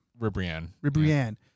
Ribrianne